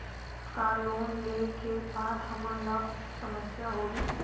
का लोन ले के बाद हमन ला कुछु समस्या होही?